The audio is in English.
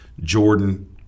Jordan